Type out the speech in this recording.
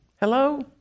Hello